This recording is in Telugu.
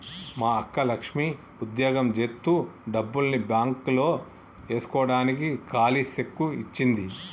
మా అక్క లక్ష్మి ఉద్యోగం జేత్తు డబ్బుల్ని బాంక్ లో ఏస్కోడానికి కాలీ సెక్కు ఇచ్చింది